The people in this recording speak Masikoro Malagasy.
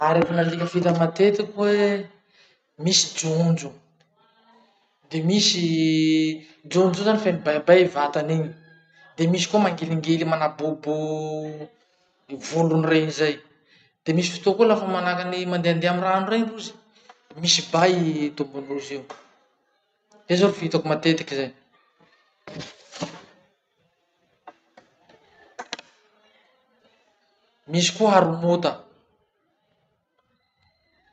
Aretin'alika fahita matetiky koahy e. Misy jonjo, de misy. Jonjo io zany feno baibay vatany iny. De misy koa mangilingily manabobo volony regny zay. De misy fotoa koa lafa manahaky any, mandehandeha amy rano regny rozy, de misy bay tombondrozy io. Zay zao ro fihitako matetiky zay. Misy koa haromota.